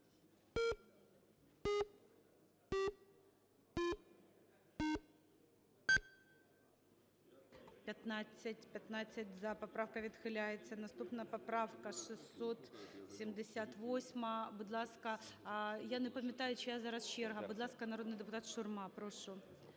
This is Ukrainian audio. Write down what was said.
За-15 Поправка відхиляється. Наступна поправка - 678. Будь ласка. Я не пам'ятаю, чия зараз черга. Будь ласка, народний депутат Шурма. Прошу.